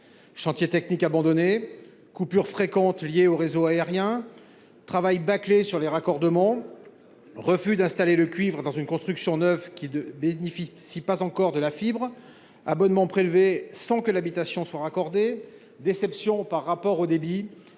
Chantier technique abandonné coupures fréquentes liées au réseau aérien travail bâclé sur les raccordements. Refus d'installer le cuivre dans une construction neuve qui bénéficient pas encore de la fibre abonnement prélever sans que l'habitation soit raccordé déception par rapport au débit.